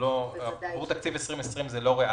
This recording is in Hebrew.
עבור תקציב 2020 זה לא ריאלי.